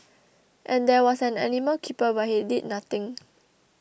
and there was an animal keeper but he did nothing